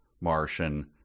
Martian